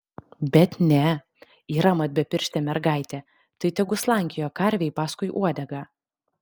bet ne yra mat bepirštė mergaitė tai tegu slankioja karvei paskui uodegą